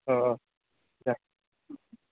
अ दा